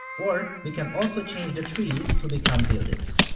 or, we can also change the trees to become buildings.